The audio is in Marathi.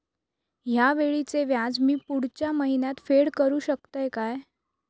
हया वेळीचे व्याज मी पुढच्या महिन्यात फेड करू शकतय काय?